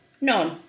None